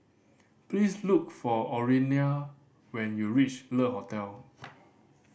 please look for Orlena when you reach Le Hotel